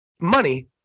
money